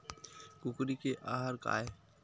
कुकरी के आहार काय?